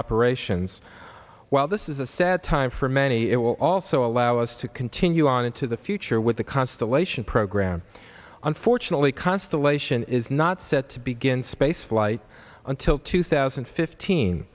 operations while this is a sad time for many it will also allow us to continue on into the future with the constellation program unfortunately constellation is not set to begin spaceflight until two thousand and fifteen